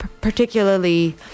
particularly